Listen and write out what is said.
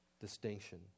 Distinction